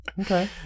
Okay